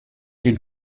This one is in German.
den